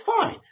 fine